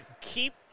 Keep